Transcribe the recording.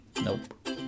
Nope